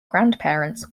grandparents